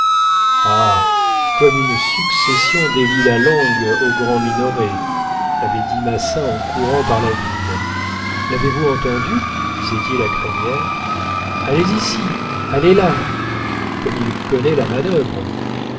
comme une succession délie la langue au grand minoret avait dit massin en courant par la ville l'avez-vous entendu disait-il à crémière allez ici allez là comme il connaît la manœuvre